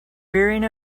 rearing